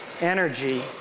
energy